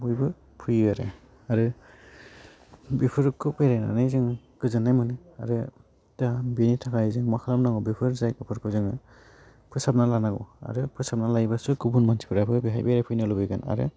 बयबो फैयो आरो आरो बेफोरखौ बेरायनानै जों गोजोन्नाय मोनो आरो दाहोन बेनि थाखाइ जों मा खालामनांगौ बेफोर जायफोरखौ जोङो फोसाबना लानांगौ आरो फोसाबना लायोबासो गुबुन मानसिफ्राबो बेहाय बेरायफैनो लुगैगोन आरो